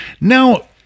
Now